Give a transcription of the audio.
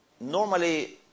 Normally